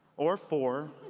or four,